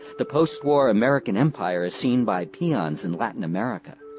the post war american empire as seen by peons in latin america.